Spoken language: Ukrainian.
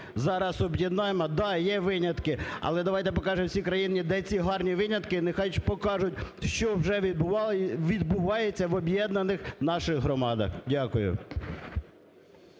зараз об'єднаємо… Да, є винятки, але давайте покажемо цій країні, де ці гарні винятки. Нехай покажуть, що вже відбувається в об'єднаних наших громадах. Дякую.